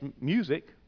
music